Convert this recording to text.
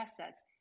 assets